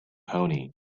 pony